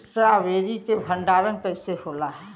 Strawberry के भंडारन कइसे होला?